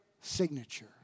signature